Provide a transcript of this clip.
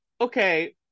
okay